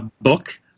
book